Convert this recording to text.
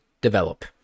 develop